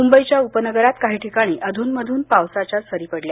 मुंबईच्या उपनगरात काही ठिकाणी अधूनमधून पावसाच्या सरी पडल्या